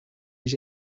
his